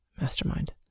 mastermind